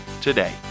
today